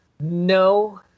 No